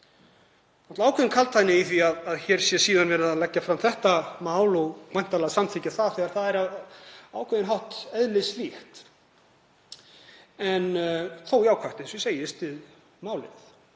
Það er ákveðin kaldhæðni í því að hér sé síðan verið að leggja fram þetta mál og væntanlega samþykkja það þegar það er á ákveðinn hátt eðlislíkt, en þó jákvætt eins og ég segi, ég styð málið.